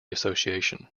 association